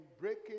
breaking